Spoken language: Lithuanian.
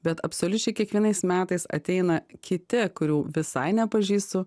bet absoliučiai kiekvienais metais ateina kiti kurių visai nepažįstu